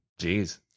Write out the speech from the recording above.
Jeez